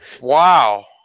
wow